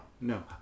no